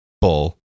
bull